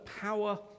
power